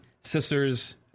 sisters